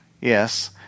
yes